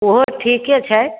ओहो ठीके छै